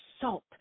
salt